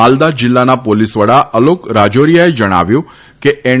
માલદા જિલ્લાના પોલીસવડા અલોક રાજોરીયાએ જણાવ્યું છે કે એન